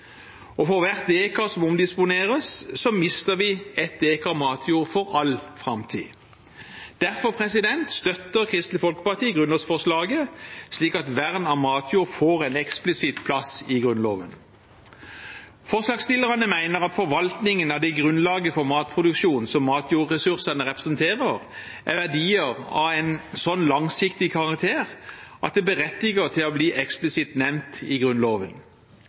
For hvert dekar som omdisponeres, mister vi ett dekar matjord for all framtid. Derfor støtter Kristelig Folkeparti grunnlovsforslaget, slik at vern av matjord får en eksplisitt plass i Grunnloven. Forslagsstillerne mener at forvaltningen av det grunnlaget for matproduksjon som matjordressursene representerer, er verdier av en slik langsiktig karakter at det berettiger å bli eksplisitt nevnt i Grunnloven.